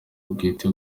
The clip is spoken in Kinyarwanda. bwite